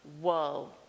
Whoa